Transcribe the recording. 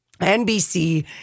NBC